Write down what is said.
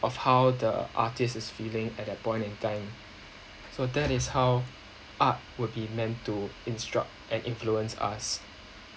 of how the artist is feeling at that point in time so that is how art will be meant to instruct and influence us